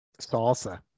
Salsa